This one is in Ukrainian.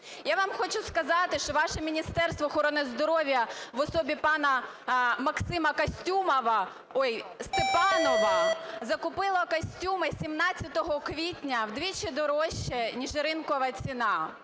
Я вам хочу сказати, що ваше Міністерство охорони здоров'я в особі пана Максима "Костюмова", ой, Степанова, закупило костюми 17 квітня вдвічі дорожче, ніж ринкова ціна.